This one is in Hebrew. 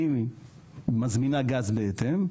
היא מזמינה גז בהתאם,